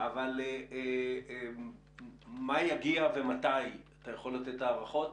אבל מה יגיע ומתי, אתה יכול לתת הערכות?